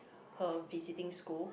her visiting school